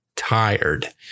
tired